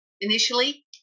initially